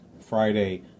Friday